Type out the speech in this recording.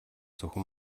зөвхөн